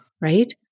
Right